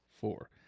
Four